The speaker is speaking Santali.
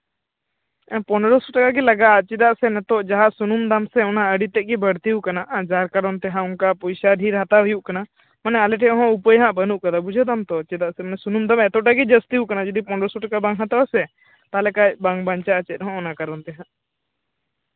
ᱯᱚᱱᱨᱚ ᱥᱚ ᱴᱟᱠᱟ ᱜᱮ ᱞᱟᱜᱟᱜᱼᱟ ᱪᱮᱫᱟᱜ ᱥᱮ ᱱᱤᱛᱚᱜ ᱡᱟᱦᱟᱸ ᱥᱩᱱᱩᱢ ᱫᱟᱢ ᱥᱮ ᱚᱱᱟ ᱟᱹᱰᱤ ᱛᱮᱫ ᱜᱮ ᱵᱟᱹᱲᱛᱤᱣ ᱠᱟᱱᱟ ᱡᱟᱨ ᱠᱟᱨᱚᱱ ᱛᱮ ᱦᱟᱸᱜ ᱚᱱᱠᱟ ᱯᱚᱭᱥᱟ ᱰᱷᱮᱨ ᱦᱟᱛᱟᱣ ᱦᱩᱭᱩᱜ ᱠᱟᱱᱟ ᱢᱟᱱᱮ ᱟᱞᱮ ᱴᱷᱮᱱ ᱦᱚᱸ ᱩᱯᱟᱹᱭ ᱦᱟᱸᱜ ᱵᱟᱹᱱᱩᱜ ᱠᱟᱫᱟ ᱵᱩᱡᱷᱟᱹᱣ ᱫᱟᱢ ᱛᱚ ᱪᱮᱫᱟᱜ ᱥᱮ ᱥᱩᱱᱩᱢ ᱫᱟᱢ ᱮᱛᱚᱴᱟ ᱜᱮ ᱡᱟᱹᱥᱛᱤᱣ ᱠᱟᱱᱟ ᱡᱩᱫᱤ ᱯᱚᱱᱨᱚᱥᱚ ᱴᱟᱠᱟ ᱵᱟᱢ ᱦᱟᱛᱟᱣᱟ ᱥᱮ ᱛᱟᱦᱞᱮ ᱠᱷᱟᱱ ᱵᱟᱝ ᱵᱟᱧᱪᱟᱜᱼᱟ ᱚᱱᱟ ᱠᱟᱨᱚᱱ ᱛᱮᱦᱟᱸᱜ